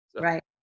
right